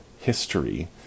history